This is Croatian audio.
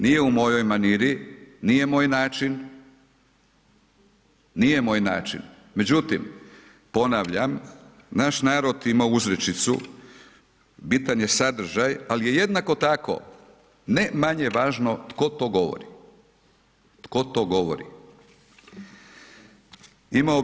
Nije u mojoj maniri, nije moj način, nije moj način, međutim ponavljam naš narod ima uzrečicu, bitan je sadržaj ali je jednako tako ne manje važno tko to govori, tko to govori.